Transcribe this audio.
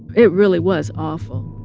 it really was awful.